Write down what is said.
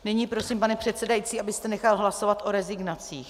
Nyní prosím, pane předsedající, abyste nechal hlasovat o rezignacích.